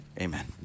Amen